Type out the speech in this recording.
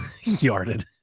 yarded